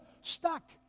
stuck